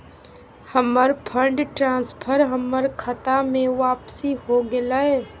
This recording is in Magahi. हमर फंड ट्रांसफर हमर खता में वापसी हो गेलय